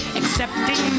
accepting